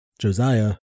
Josiah